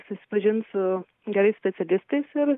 susipažint su gerais specialistais ir